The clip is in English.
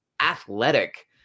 athletic